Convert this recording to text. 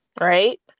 right